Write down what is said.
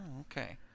okay